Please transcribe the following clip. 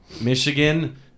Michigan